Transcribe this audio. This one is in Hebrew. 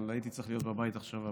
אבל הייתי צריך להיות בבית עכשיו.